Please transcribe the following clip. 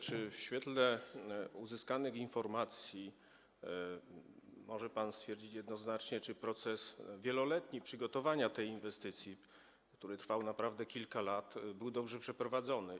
Czy w świetle uzyskanych informacji może pan stwierdzić jednoznacznie, czy wieloletni proces przygotowania tej inwestycji, który trwał naprawdę kilka lat, był dobrze przeprowadzony?